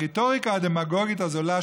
"הרטוריקה הדמגוגית הזולה,